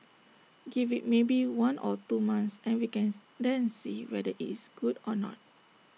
give IT maybe one or two months and we cans then see whether IT is good or not